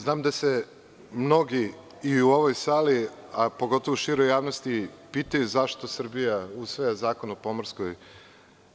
Znam da se mnogi i u ovoj sali a pogotovo u široj javnosti pitaju zašto Srbija usvaja Zakon o pomorskoj